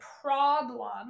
problem